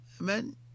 Amen